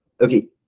Okay